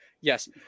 Yes